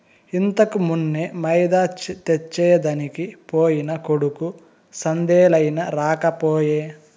ఇంతకుమున్నే మైదా తెచ్చెదనికి పోయిన కొడుకు సందేలయినా రాకపోయే